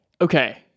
okay